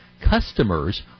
customers